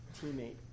teammate